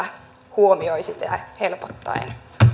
huomioisi sitä helpottaen